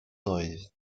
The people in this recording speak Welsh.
doedd